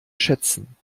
schätzen